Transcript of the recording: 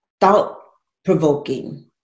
thought-provoking